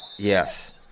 Yes